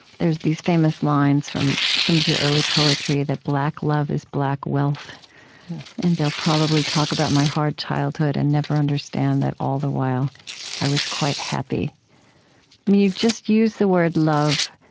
there's these famous lines from some of your early poetry that black love is black wealth and they'll probably talk about my hard childhood and never understand that all the while i was quite happy. i mean you just used the word love.